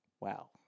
Wow